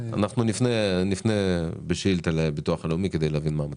נפנה בשאילתה לביטוח לאומי כדי להבין מה המצב.